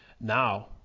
now